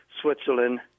Switzerland